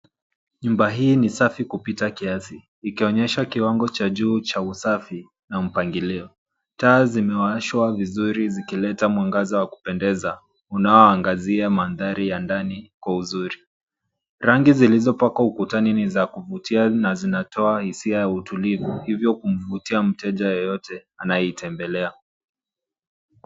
Nyumba hii ni safi kupita kiasi ikionyesha kiwango cha juu cha usafi na mpangilio. Taa zimewashwa vizuri zikileta mwangaza wa kupendeza unaoangazia mandhari ya ndani kwa uzuri. Rangi zilizopakwa ukutani ni za kuvutia na zinatoa hisia ya utulivu hivyo kumvutia mteja yeyote anayeitembelea.